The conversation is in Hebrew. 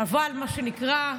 אבל מה שנקרא,